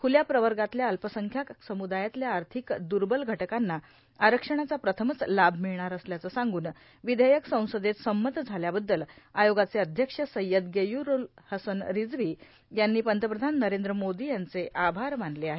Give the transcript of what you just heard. ख्ल्या प्रवगातल्या अल्पसंख्याक सम्दायातल्या आर्थिक द्बल घटकांना आरक्षणाचा प्रथमच लाभ र्मिळणार असल्याचं सांगून र्विधेयक संसदेत संमत झाल्याबद्दल आयोगाचे अध्यक्ष सय्यद गेय्यूरुल हसन रिझवी यांनी पंतप्रधान नरद्र मोदां यांचे आभार मानले आहेत